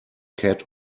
cat